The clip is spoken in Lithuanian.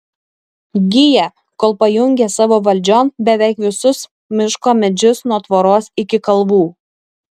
giją kol pajungė savo valdžion beveik visus miško medžius nuo tvoros iki kalvų